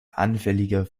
anfälliger